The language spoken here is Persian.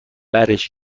برش